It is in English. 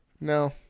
No